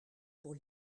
pour